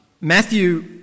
Matthew